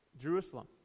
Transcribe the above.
Jerusalem